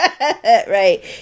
right